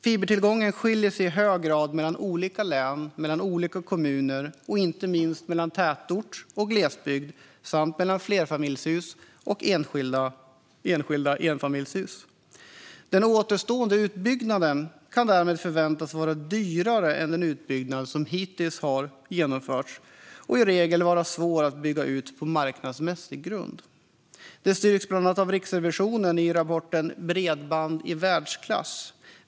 Fibertillgången skiljer sig i hög grad mellan olika län, mellan olika kommuner och inte minst mellan tätort och glesbygd samt mellan flerfamiljshus och enfamiljshus. Den återstående utbyggnaden kan därmed förväntas vara dyrare än den utbyggnad som hittills genomförts och i regel vara svår att genomföra på marknadsmässig grund. Detta styrks av bland annat Riksrevisionen i rapporten Bredband i världsklass?